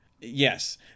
Yes